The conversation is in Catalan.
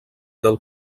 del